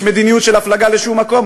יש מדיניות של הפלגה לשום מקום,